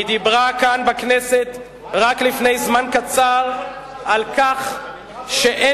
היא דיברה כאן בכנסת רק לפני זמן קצר על כך שאין